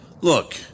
Look